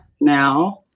now